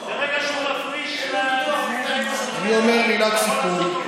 ברגע שהוא מפריש, אני אומר מילת סיכום.